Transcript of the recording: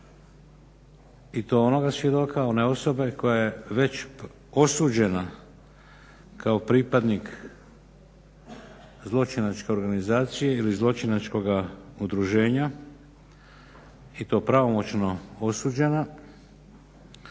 i to onoga svjedoka, one osobe koja je već osuđena kao pripadnik zločinačke organizacije ili zločinačkoga udruženja i to pravomoćno osuđena